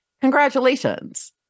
congratulations